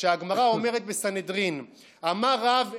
שהגמרא אומרת בסנהדרין: "אמר רב,